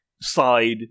side